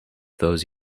those